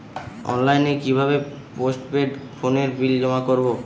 অনলাইনে কি ভাবে পোস্টপেড ফোনের বিল জমা করব?